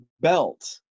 belt